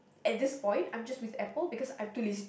at this point I'm just with Apple because I'm too lazy